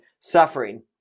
suffering